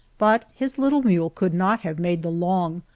but his little mule could not have made the long,